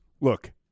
look